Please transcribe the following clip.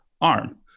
arm